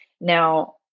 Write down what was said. Now